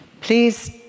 Please